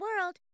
World